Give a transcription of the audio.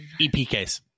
EPKs